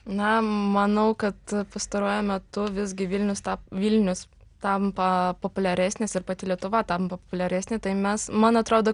na manau kad pastaruoju metu visgi vilnius ta vilnius tampa populiaresnis ir pati lietuva tampa populiaresnė tai mes man atrodo